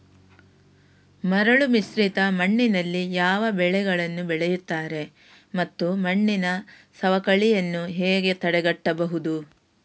ಮರಳುಮಿಶ್ರಿತ ಮಣ್ಣಿನಲ್ಲಿ ಯಾವ ಬೆಳೆಗಳನ್ನು ಬೆಳೆಯುತ್ತಾರೆ ಮತ್ತು ಮಣ್ಣಿನ ಸವಕಳಿಯನ್ನು ಹೇಗೆ ತಡೆಗಟ್ಟಬಹುದು?